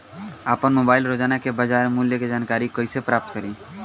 आपन मोबाइल रोजना के बाजार मुल्य के जानकारी कइसे प्राप्त करी?